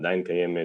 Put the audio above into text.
עדיין קיימת